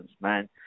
man